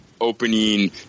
opening